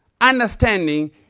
understanding